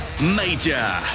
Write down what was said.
Major